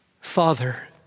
Father